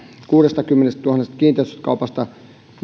kuudestakymmenestätuhannesta kiinteistökaupasta